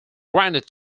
granted